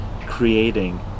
creating